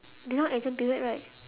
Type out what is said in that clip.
they now exam period right